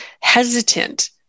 hesitant